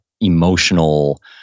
emotional